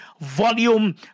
Volume